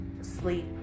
sleep